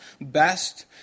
best